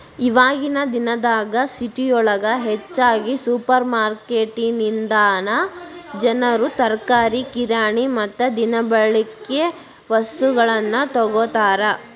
ಇವಾಗಿನ ದಿನದಾಗ ಸಿಟಿಯೊಳಗ ಹೆಚ್ಚಾಗಿ ಸುಪರ್ರ್ಮಾರ್ಕೆಟಿನಿಂದನಾ ಜನರು ತರಕಾರಿ, ಕಿರಾಣಿ ಮತ್ತ ದಿನಬಳಿಕೆ ವಸ್ತುಗಳನ್ನ ತೊಗೋತಾರ